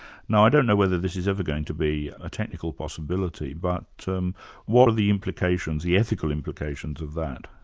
now i don't know whether this is ever going to be a technical possibility, but um what are the implications, the ethical implications of that?